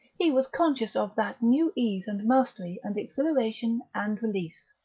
he was conscious of that new ease and mastery and exhilaration and release.